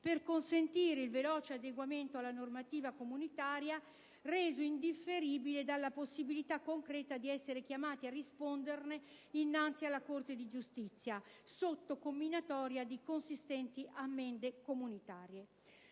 per consentire il veloce adeguamento alla normativa comunitaria, reso indifferibile dalla possibilità concreta di essere chiamati a risponderne innanzi alla Corte di giustizia, sotto comminatoria di consistenti ammende comunitarie.